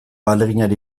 ahaleginari